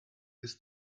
ist